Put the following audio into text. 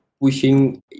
pushing